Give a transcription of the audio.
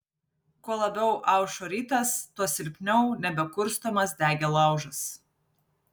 kuo labiau aušo rytas tuo silpniau nebekurstomas degė laužas